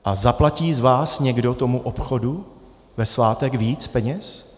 A zaplatí z vás někdo tomu obchodu ve svátek víc peněz?